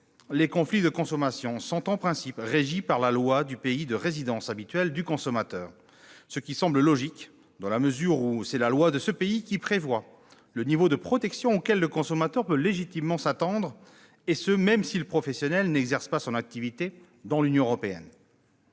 relatifs à la consommation sont en principe régis par la loi du pays de résidence habituelle du consommateur. Cela semble logique dans la mesure où c'est la loi de ce pays qui prévoit le niveau de protection auquel le consommateur peut légitimement s'attendre, et ce, même si le professionnel n'exerce pas son activité dans l'Union européenne.